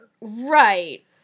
right